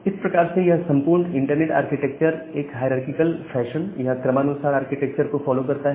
इस प्रकार से यह संपूर्ण इंटरनेट आर्किटेक्चर एक हायरारकीकल फैशन या क्रमानुसार आर्किटेक्चर को फॉलो करता है